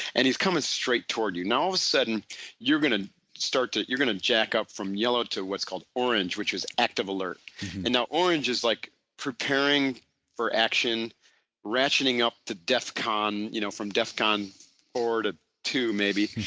and he's coming straight toward you. now, all of a sudden you're going to start to you're going to jack up from yellow to what's called orange which is active alert and now, orange is like preparing for action rationing up the death con you know from death con or two maybe.